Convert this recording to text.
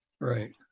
Right